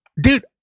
Dude